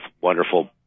wonderful